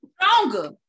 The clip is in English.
stronger